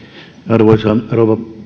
arvoisa rouva